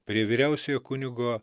prie vyriausiojo kunigo